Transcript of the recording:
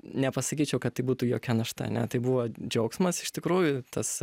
nepasakyčiau kad tai būtų jokia našta ne tai buvo džiaugsmas iš tikrųjų tas